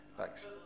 Thanks